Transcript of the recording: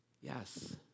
Yes